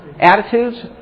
Attitudes